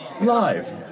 Live